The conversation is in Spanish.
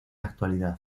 actualidad